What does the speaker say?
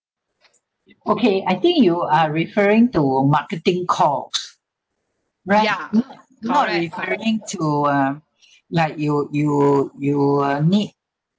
okay I think you are referring to marketing calls right not referring to a like you you you will need